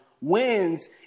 wins